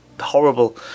horrible